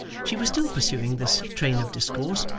she was still pursuing this train of discourse,